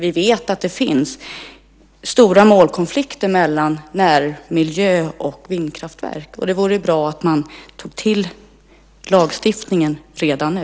Vi vet att det finns stora målkonflikter mellan närmiljö och vindkraftverk. Det vore bra om man tog till lagstiftning redan nu.